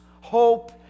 hope